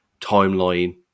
timeline